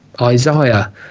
isaiah